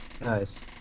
Nice